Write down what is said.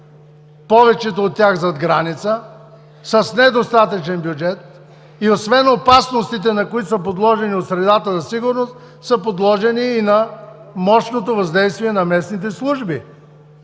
повечето от тях зад граница, с недостатъчен бюджет и освен опасностите, на които са подложени от средата за сигурност, са подложени и на мощното въздействие на местните служби.